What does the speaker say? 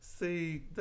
See